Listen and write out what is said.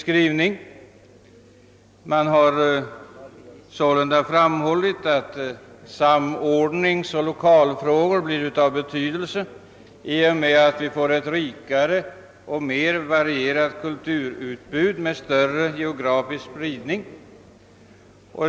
Utskottsmajoriteten har t.ex. framhållit att »samordningsoch lokalfrågor blir av betydelse i och med att ett rikare och mer varierat kultur utbud med större geografisk spridning kommer till stånd».